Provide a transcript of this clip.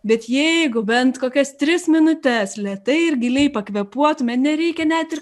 bet jeigu bent kokias tris minutes lėtai ir giliai pakvėpuotume nereikia net ir